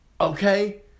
Okay